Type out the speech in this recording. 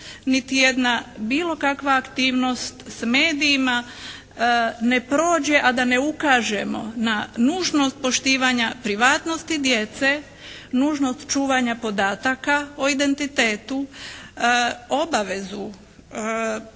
niti jedna bilo kakva aktivnost s medijima ne prođe, a da ne ukažemo na nužnost poštivanja privatnosti djece, nužnost čuvanja podataka o identitetu, obavezu